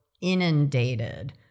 inundated